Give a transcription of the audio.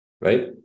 right